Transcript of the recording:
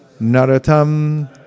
Naratam